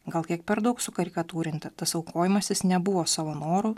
gal kiek per daug sukarikatūrinta tas aukojimasis nebuvo savo noru